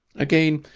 again,